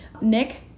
Nick